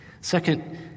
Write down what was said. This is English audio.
Second